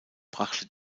brachte